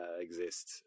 exist